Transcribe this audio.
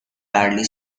badly